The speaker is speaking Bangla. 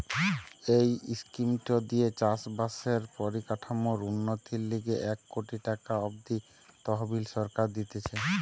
এই স্কিমটো দিয়ে চাষ বাসের পরিকাঠামোর উন্নতির লিগে এক কোটি টাকা অব্দি তহবিল সরকার দিতেছে